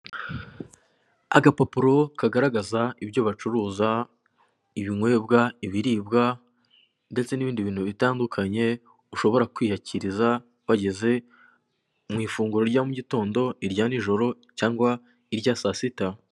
Agapapuro kagaragaza ibyo bacuruza, ibinywebwa, ibiribwa, ndetse n'ibindi bintu bitandukanye, ushobora kwiyakiriza wageze mu ifunguro rya mu gitondo, irya nijoro, cyangwa irya saa sita.